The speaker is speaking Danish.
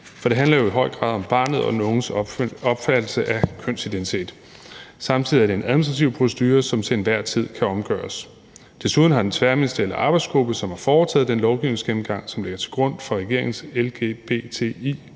for det handler jo i høj grad om barnet og den unges opfattelse af kønsidentitet. Samtidig er det en administrativ procedure, som til enhver tid kan omgøres. Desuden har den tværministerielle arbejdsgruppe, som har foretaget den lovgivningsgennemgang, som ligger til grund for regeringens